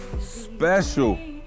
special